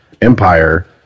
Empire